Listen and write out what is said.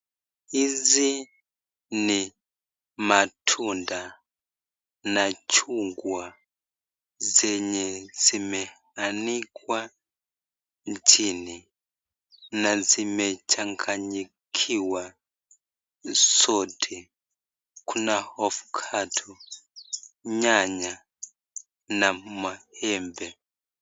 Hizi ni matunda na chungwa zenye zimeanikwa chini na zimechanganyikiwa sote. Kuna ovacado, nyanya na maembe.